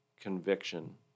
conviction